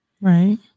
Right